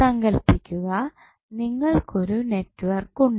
സങ്കൽപ്പിക്കുക നിങ്ങൾക്കൊരു നെറ്റ്വർക്ക് ഉണ്ട്